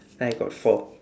I got four